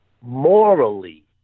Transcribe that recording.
Morally